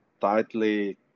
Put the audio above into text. tightly